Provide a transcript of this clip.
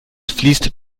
fließt